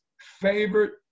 favorite